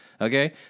Okay